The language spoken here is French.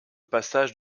passage